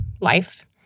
life